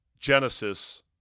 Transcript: Genesis